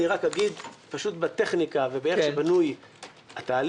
אני רק אגיד: פשוט בטכניקה ובאיך שבנוי התהליך,